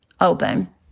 open